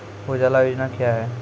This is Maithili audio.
उजाला योजना क्या हैं?